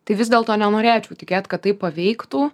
tai vis dėlto nenorėčiau tikėt kad tai paveiktų